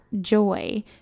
joy